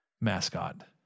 mascot